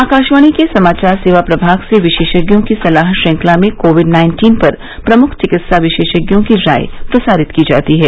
आकाशवाणी के समाचार सेवा प्रभाग से विशेषज्ञों की सलाह श्रृंखला में कोविड नाइन्टीन पर प्रमुख चिकित्सा विशेषज्ञों की राय प्रसारित की जाती है